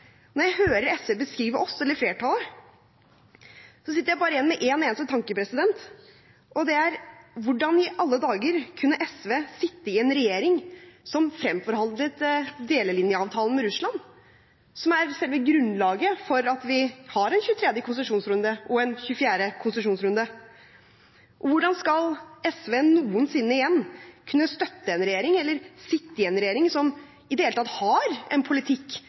Når jeg hører SV beskrive oss eller flertallet, sitter jeg igjen med bare én eneste tanke, og det er: Hvordan i alle dager kunne SV sitte i en regjering som fremforhandlet delelinjeavtalen med Russland, som er selve grunnlaget for at vi har en 23. og en 24. konsesjonsrunde? Hvordan skal SV noensinne igjen kunne støtte en regjering eller kunne sitte i en regjering som i det hele tatt har en politikk